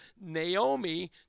Naomi